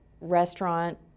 restaurant